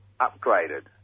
upgraded